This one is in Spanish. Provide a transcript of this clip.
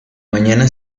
mañana